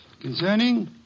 Concerning